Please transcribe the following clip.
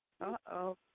Uh-oh